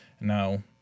Now